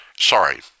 Sorry